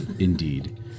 Indeed